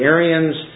Arians